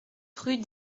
rue